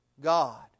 God